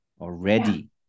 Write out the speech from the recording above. already